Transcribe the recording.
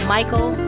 Michael